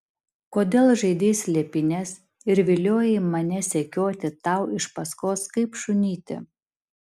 kodėl žaidei slėpynes ir viliojai mane sekioti tau iš paskos kaip šunytį